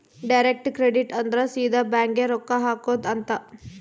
direct credit ಅಂದ್ರ ಸೀದಾ bank ಗೇ ರೊಕ್ಕ ಹಾಕೊಧ್ ಅಂತ